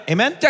Amen